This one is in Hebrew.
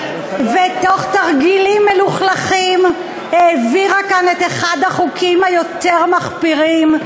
ותוך תרגילים מלוכלכים העבירה כאן את אחד החוקים היותר-מחפירים.